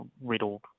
riddled